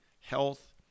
health